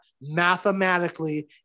mathematically